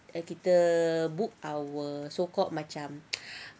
I kita book our so called macam